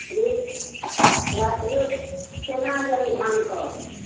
rate ओकरा rate केना यए ओहि धानके